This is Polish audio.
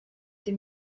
tym